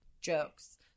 jokes